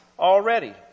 already